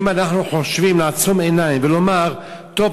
אם אנחנו חושבים לעצום עיניים ולומר: טוב,